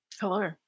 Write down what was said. Hello